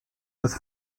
with